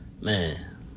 Man